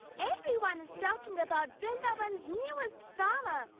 everyone is talking about vrindavan's newest farmer.